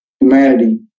humanity